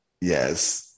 yes